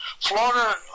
Florida